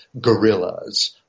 gorillas